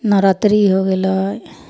नवरात्रि हो गेलै